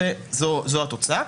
וזו התוצאה.